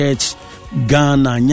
Ghana